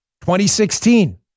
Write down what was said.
2016